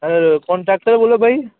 અ contractor બોલો ભાઈ